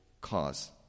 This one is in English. cause